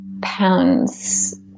Pound's